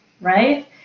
right